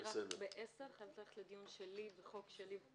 רק ב-10:00 אני חייבת ללכת לדיון שלי בחוק שלי פה.